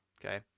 Okay